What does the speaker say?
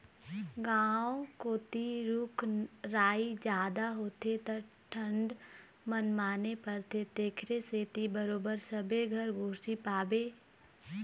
गाँव कोती रूख राई जादा होथे त ठंड मनमाने परथे तेखरे सेती बरोबर सबे घर गोरसी पाबे